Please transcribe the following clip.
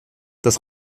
das